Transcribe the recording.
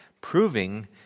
proving